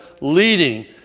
leading